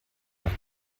nach